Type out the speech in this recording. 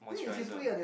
moisturizer